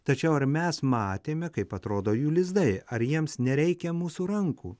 tačiau ar mes matėme kaip atrodo jų lizdai ar jiems nereikia mūsų rankų